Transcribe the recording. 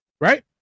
right